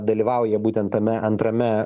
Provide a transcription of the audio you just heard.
dalyvauja būtent tame antrame